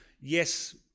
Yes